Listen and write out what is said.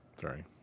Sorry